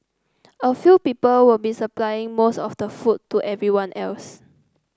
a few people will be supplying most of the food to everyone else